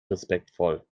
respektvoll